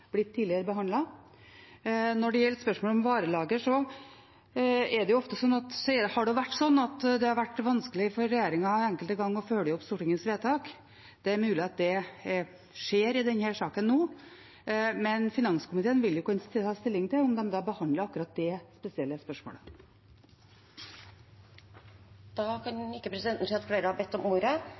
blitt behandlet tidligere. Når det gjelder spørsmålet om varelager, har det vært vanskelig for regjeringen enkelte ganger å følge opp Stortingets vedtak. Det er mulig at det skjer i denne saken nå, men finanskomiteen vil kunne ta stilling til om de behandler akkurat det spesielle spørsmålet. Flere har ikke